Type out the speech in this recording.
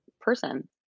person